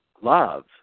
love